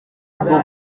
bwo